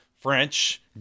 French